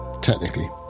Technically